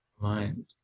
mind